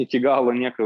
iki galo nieko